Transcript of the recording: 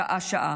שעה-שעה.